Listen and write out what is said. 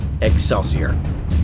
Excelsior